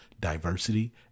diversity